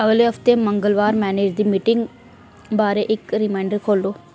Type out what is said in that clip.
अगले हफ्ते मंगलबार मैनजरें दी मीटिंग बारै इक रिमाइंडर खोह्ल्लो